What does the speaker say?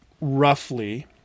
roughly